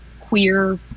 queer